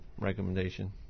recommendation